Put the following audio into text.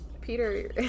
Peter